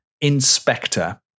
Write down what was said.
Inspector